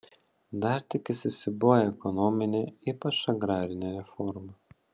dar tik įsisiūbuoja ekonominė ypač agrarinė reforma